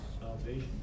Salvation